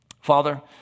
Father